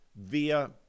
via